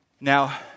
Now